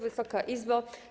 Wysoka Izbo!